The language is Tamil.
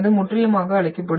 அது முற்றிலுமாக அழிக்கப்படும்